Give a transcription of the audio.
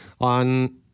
on